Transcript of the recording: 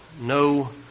No